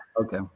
Okay